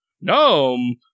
no